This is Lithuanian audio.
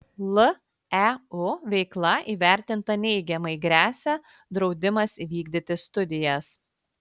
leu veikla įvertinta neigiamai gresia draudimas vykdyti studijas